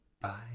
Bye